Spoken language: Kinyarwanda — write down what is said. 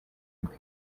rwe